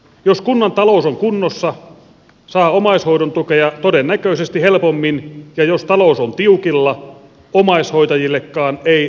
jos kunnan talous on kunnossa saa omaishoidon tukea todennäköisesti helpommin ja jos talous on tiukilla omaishoitajillekaan ei riitä rahaa